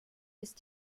ist